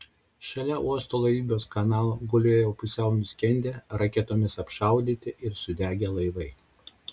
šalia uosto laivybos kanalo gulėjo pusiau nuskendę raketomis apšaudyti ir sudegę laivai